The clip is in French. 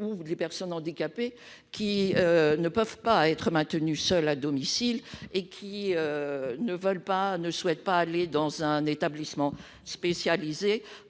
ou les personnes handicapées qui ne peuvent être maintenues seules à domicile et qui ne souhaitent pas aller dans un établissement spécialisé.